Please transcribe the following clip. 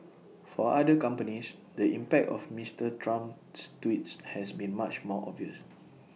for other companies the impact of Mister Trump's tweets has been much more obvious